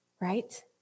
Right